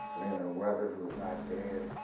lena weathers who's not dead,